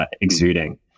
exuding